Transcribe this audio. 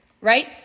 right